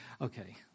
Okay